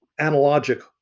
analogic